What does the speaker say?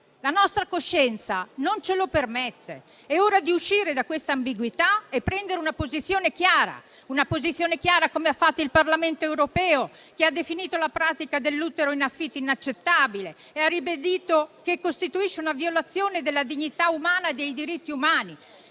La nostra coscienza non ce lo permette. È ora di uscire da quest'ambiguità e prendere una posizione chiara, come ha fatto il Parlamento europeo, che ha definito la pratica dell'utero in affitto inaccettabile e ha ribadito che costituisce una violazione della dignità umana e dei diritti umani;